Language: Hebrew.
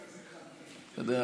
את זה,